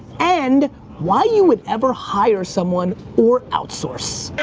and why you would ever hire someone or outsource.